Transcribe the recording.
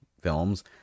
films